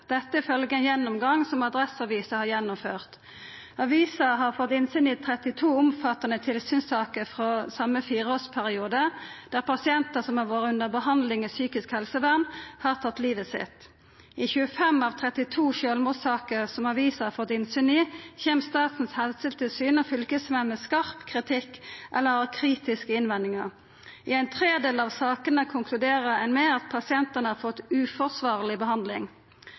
dette ifølgje ein gjennomgang som Adresseavisen har gjennomført. Avisa har fått innsyn i 32 omfattande tilsynssaker frå same fireårsperiode, der pasientar som har vore under behandling i psykisk helsevern, har tatt livet sitt. I 25 av 32 sjølvmordssaker som avisa har fått innsyn i, kjem Statens helsetilsyn og fylkesmenn med skarp kritikk eller har kritiske innvendingar. I ein tredel av sakene konkluderer ein med at pasientane har fått uforsvarleg behandling.